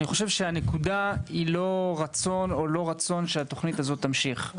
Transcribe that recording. אני חושב שהנקודה היא לא רצון או לא רצון שהתוכנית הזאת תמשיך,